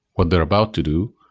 what they're about to do.